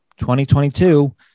2022